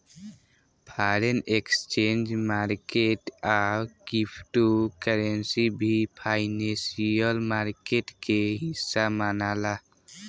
foreign exchange market आ cryptocurrency भी financial market के हिस्सा मनाला